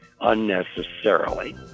unnecessarily